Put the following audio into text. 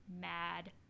mad